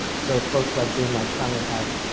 so folks like greenlight planet have,